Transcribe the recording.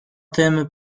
tym